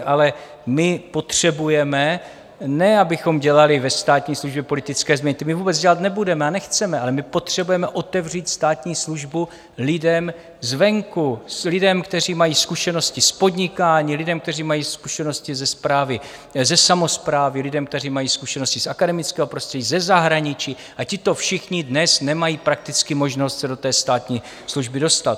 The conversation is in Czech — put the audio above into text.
Ale my potřebujeme, ne abychom dělali ve státní službě politické změny, ty my vůbec dělat nebudeme a nechceme, ale my potřebujeme otevřít státní službu lidem zvenku, kteří mají zkušenosti z podnikání, lidem, kteří mají zkušenosti ze správy, ze samosprávy, lidem, kteří mají zkušenosti z akademického prostředí, ze zahraničí, a tito všichni dnes nemají prakticky možnost se do státní služby dostat.